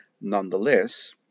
Nonetheless